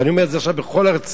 ואני אומר את זה עכשיו בכל הרצינות.